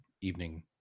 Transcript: evening